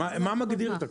מה מגדיר את הכל כך?